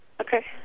Okay